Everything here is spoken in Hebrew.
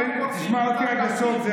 תשמע אותי עד הסוף.